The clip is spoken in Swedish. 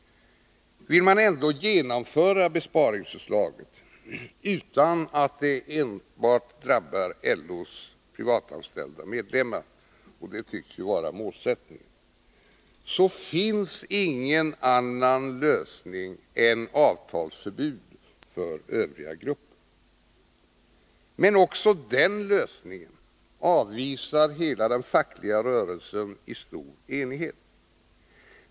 Vill man ändå genomföra besparingsförslaget utan att det skall drabba enbart LO:s privatanställda medlemmar — och det tycks ju vara målsättningen — finns det ingen annan lösning än avtalsförbud för övriga grupper. Men också den lösningen avvisar hela den fackliga rörelsen i stor enighet.